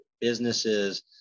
businesses